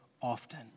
often